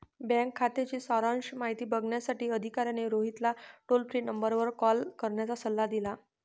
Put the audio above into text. bank खात्याची सारांश माहिती बघण्यासाठी अधिकाऱ्याने रोहितला टोल फ्री नंबरवर कॉल करण्याचा सल्ला दिला